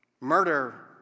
Murder